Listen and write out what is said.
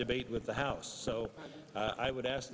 debate with the house so i would ask